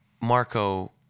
Marco